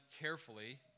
carefully